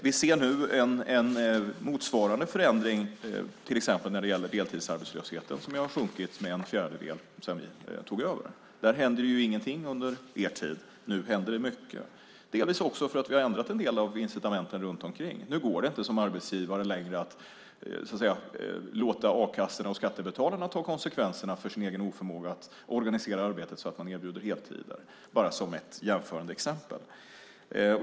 Vi ser nu en motsvarande förändring till exempel när det gäller deltidsarbetslösheten, som har sjunkit med en fjärdedel sedan vi tog över. Där hände ingenting under er tid. Nu händer det mycket, delvis också för att vi har ändrat en del av incitamenten runt omkring. Nu går det inte längre att som arbetsgivare låta a-kassorna och skattebetalarna dra konsekvenserna av den egna oförmågan att organisera arbetet så att man kan erbjuda heltid. Det är ett jämförande exempel.